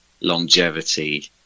longevity